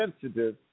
sensitive